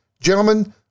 Gentlemen